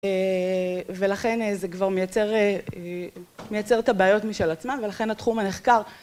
ולכן זה כבר מייצר, מייצר את הבעיות משל עצמן ולכן התחום הנחקר.